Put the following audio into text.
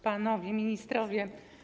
Panowie Ministrowie!